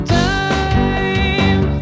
time